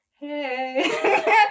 Hey